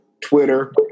Twitter